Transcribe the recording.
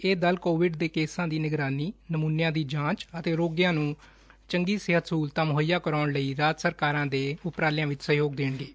ਇਹ ਦਲ ਕੋਵਿਡ ਕੇਸਾਂ ਦੀ ਨਿਗਰਾਨੀ ਨਮੁਨਿਆਂ ਦੀ ਜਾਂਚ ਅਤੇ ਰੋਗੀਆਂ ਨੂੰ ਚੰਗੀ ਸਿਹਤ ਸਹੁਲਤਥ ਮੁਹੱਈਆ ਕਰਵਾਉਣ ਲਈ ਰਾਜ ਸਰਕਾਰਾਂ ਦੇ ਉਪਾਰਲਿਆਂ ਵਿਚ ਸਹਿਯੋਗ ਦੇਣਗੇ